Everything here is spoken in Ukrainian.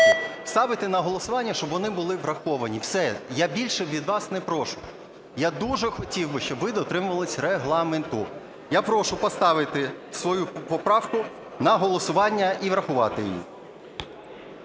ставити на голосування, щоб вони були враховані. Все. Я більше від вас не прошу. Я дуже хотів би, щоб ви дотримувались Регламенту. Я прошу поставити свою поправку на голосування і врахувати її.